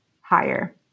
higher